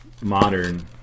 modern